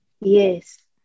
Yes